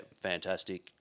fantastic